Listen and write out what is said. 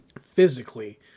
physically